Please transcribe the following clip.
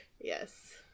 Yes